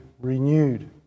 renewed